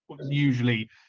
usually